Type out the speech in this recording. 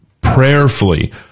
prayerfully